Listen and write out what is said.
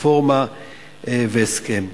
רפורמה והסכם.